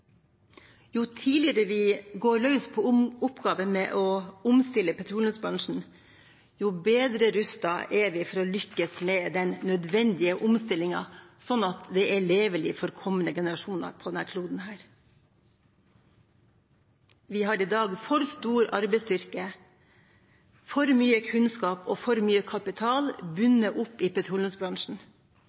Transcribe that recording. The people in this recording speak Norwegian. Jo tidligere vi går løs på oppgaven med å omstille petroleumsbransjen, jo bedre rustet er vi for å lykkes med den nødvendige omstillingen som gjør at det blir levelig for kommende generasjoner på denne kloden. Vi har i dag en for stor arbeidsstyrke, for mye kunnskap og for mye kapital bundet opp i petroleumsbransjen.